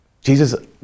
Jesus